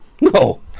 No